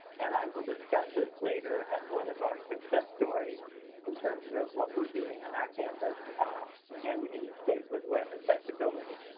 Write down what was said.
and i will discuss this later as one of our success stories in terms of what we're doing on our campus and in the state with web accessibility.